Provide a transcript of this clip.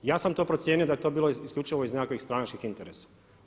Ja sam to procijenio da je to bilo isključivo iz nekakvih stranačkih interesa.